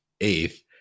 eighth